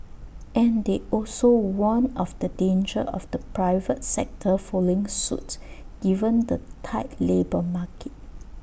and they also warned of the danger of the private sector following suit given the tight labour market